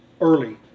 early